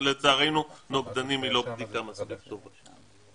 לצערנו נוגדנים היא לא בדיקה מספיק טובה.